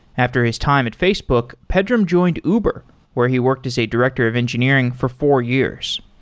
after his time at facebook, pedram joined uber where he worked as a director of engineering for four years.